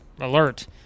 alert